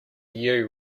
you